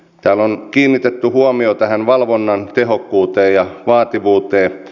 täällä on kiinnitetty huomio tähän valvonnan tehokkuuteen ja vaativuuteen